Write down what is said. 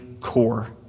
core